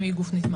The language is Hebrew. אם היא גוף נתמך.